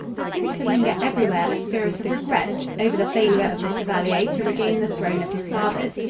there seems to linger everywhere a spirit of regret over the failure of the chevalier to regain the throne of his fathers.